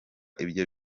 ibyo